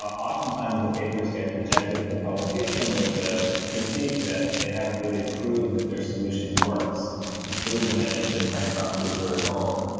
oftentimes, the papers get rejected from publication with the critique that they haven't really proved that their solution works, or proven that any of the claim properties really hold,